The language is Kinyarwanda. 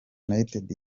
united